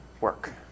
work